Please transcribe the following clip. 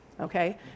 okay